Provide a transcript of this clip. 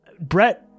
Brett